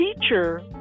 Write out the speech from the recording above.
teacher